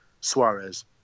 Suarez